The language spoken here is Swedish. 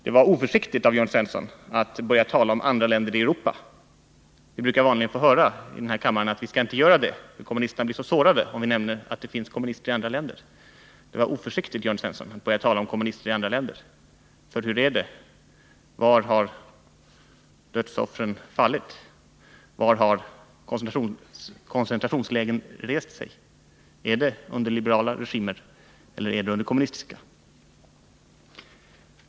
Det var oförsiktigt av Jörn Svensson att börja tala om andra länder i Europa. Vi brukar vanligen få höra i den här kammaren att vi inte skall göra det, eftersom kommunisterna blir så sårade om vi nämner att det finns kommunister i andra länder. Det var oförsiktigt, Jörn Svensson, att börja tala om kommunister i andra länder. För hur är det? Var har dödsoffren krävts? Var har koncentrationslägren rest sig? Är det under liberala regimer eller är det under kommunistiska?